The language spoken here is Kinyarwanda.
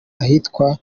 ahitwa